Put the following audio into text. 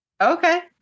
Okay